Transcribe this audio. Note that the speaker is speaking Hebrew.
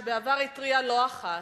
שבעבר התריע לא אחת.